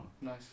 Nice